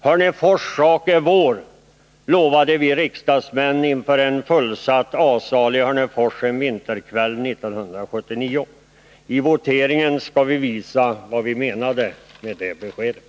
Hörnefors sak är vår, lovade vi riksdagsmän inför en fullsatt A-sal i Hörnefors en vinterkväll 1978. Vid voteringen skall vi visa vad vi menade med det beskedet.